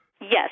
Yes